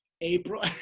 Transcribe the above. April